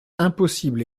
impossible